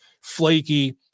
Flaky